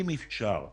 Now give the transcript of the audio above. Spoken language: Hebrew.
אם אפשר לשבת,